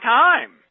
time